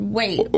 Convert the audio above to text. wait